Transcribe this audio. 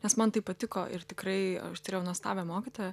nes man tai patiko ir tikrai aš turėjau nuostabią mokytoją